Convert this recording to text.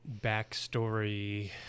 backstory